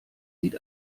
sieht